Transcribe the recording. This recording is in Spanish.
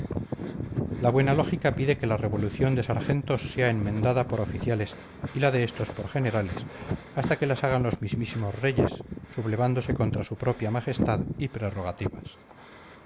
la buena lógica pide que la revolución de sargentos sea enmendada por oficiales y la de estos por generales hasta que las hagan los mismísimos reyes sublevándose contra su propia majestad y prerrogativas